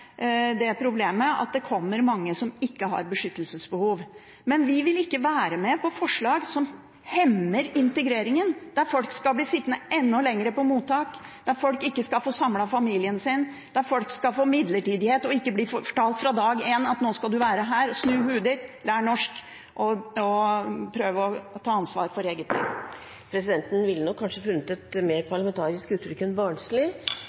det problemet at det kommer mange som ikke har beskyttelsesbehov. Men vi vil ikke være med på forslag som hemmer integreringen, der folk skal bli sittende enda lenger på mottak, der folk ikke skal få samlet familien sin, der folk skal få midlertidighet og bli fortalt fra dag én at nå skal du være her, snu hodet ditt, lær norsk og prøv å ta ansvar for eget liv. Presidenten ville nok kanskje funnet et mer parlamentarisk uttrykk enn